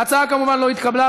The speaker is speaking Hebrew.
ההצעה כמובן לא התקבלה.